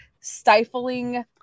stifling